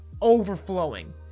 overflowing